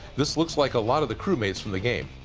this looks like a lot of the crewmates from the game.